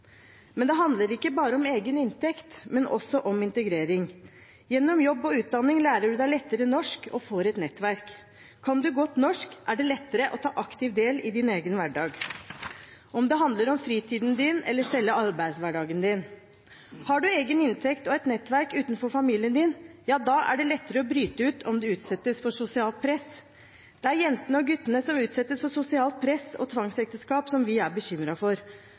men også om integrering. Gjennom jobb og utdanning lærer man seg lettere norsk og får et nettverk. Kan man godt norsk, er det lettere å ta aktivt del i egen hverdag, enten det handler om fritiden eller selve arbeidshverdagen. Har man egen inntekt og et nettverk utenfor familien, er det lettere å bryte ut om man utsettes for sosialt press. Det er jentene og guttene som utsettes for sosialt press og tvangsekteskap, vi er bekymret for.